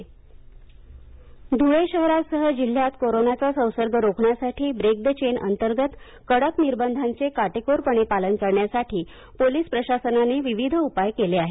break the chain Dhule Dhule शहरासह जिल्ह्यात कोरोनाचा संसर्ग रोखण्यासाठी ब्रेक द चेन अंतर्गत कडक निर्बंधांचे काटोकोरपणे पालन करण्यासाठी पोलिस प्रशासनाने विविध उपाय केले आहेत